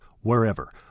wherever